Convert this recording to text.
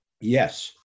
Yes